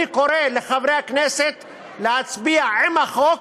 אני קורא לחברי הכנסת להצביע בעד החוק,